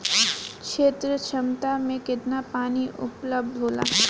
क्षेत्र क्षमता में केतना पानी उपलब्ध होला?